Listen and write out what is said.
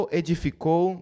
edificou